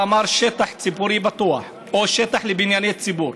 הוא בא ואמר: שטח ציבורי פתוח או שטח לבנייני ציבור,